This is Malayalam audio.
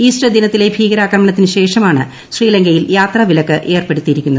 ഇൌസ്റ്റർ ദിനത്തിലെ ഭീകരാക്രമണത്തിന് ശേഷമാണ് ശ്രീലങ്കയിൽ യാത്രാവിലക്ക് ഏർപ്പെടുത്തിയിരുന്നത്